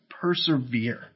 persevere